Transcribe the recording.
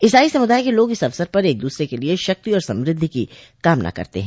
इसाई समुदाय के लोग इस अवसर पर एक दूसरे के लिए शक्ति और समृद्धि की कामना करते हैं